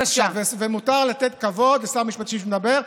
ומותר לתת כבוד לשר משפטים שמדבר.